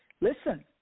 listen